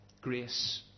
Grace